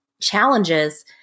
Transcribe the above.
challenges